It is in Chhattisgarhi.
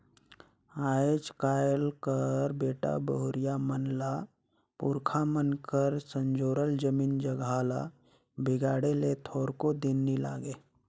आएज काएल कर बेटा बहुरिया मन ल पुरखा मन कर संजोरल जमीन जगहा ल बिगाड़े ले थोरको दिन नी लागे